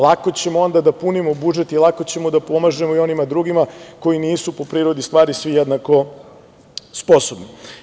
Lako ćemo onda da punimo budžet i lako ćemo da pomažemo i onima drugima koji nisu po prirodi stvari svi jednako sposobni.